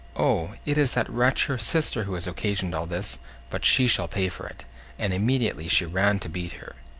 oh! it is that wretch her sister who has occasioned all this but she shall pay for it and immediately she ran to beat her.